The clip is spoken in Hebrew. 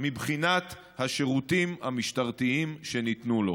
מבחינת השירותים המשטרתיים שניתנו לו.